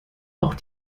auch